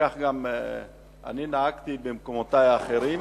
וכך אני נהגתי במקומותי האחרים,